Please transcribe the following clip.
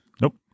Nope